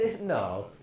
No